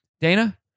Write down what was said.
Dana